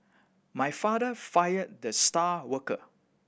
my father fired the star worker